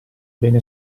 bene